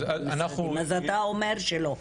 אז אתה אומר שלא.